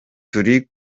turi